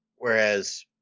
Whereas